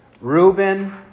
Reuben